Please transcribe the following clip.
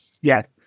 Yes